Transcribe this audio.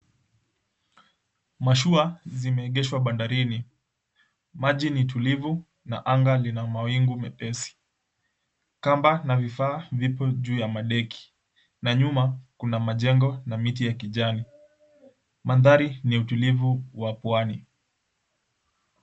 Mashua zimeegeshwa bandarini, maji ni tulivu na anga lina mawingu mepesi kamba na vifaa vipo juu ya madeki na nyuma kuna majengo na miti ya kijani. Mandhari ni tulivu wa pwani.